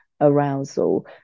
arousal